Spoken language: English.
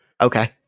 Okay